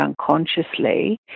unconsciously